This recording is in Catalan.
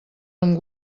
amb